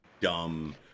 dumb